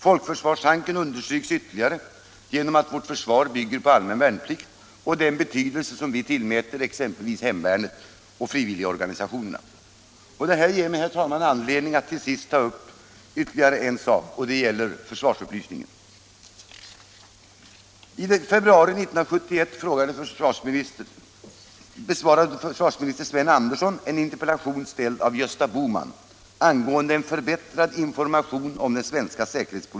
Folkförsvarstanken understryks ytterligare genom att vårt försvar bygger på allmän värnplikt liksom på den betydelse som vi tillmäter exempelvis hemvärnet och frivilligorganisationer. Detta ger mig, herr talman, anledning att till sist ta upp ytterligare en sak, nämligen försvarsupplysningen.